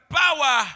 power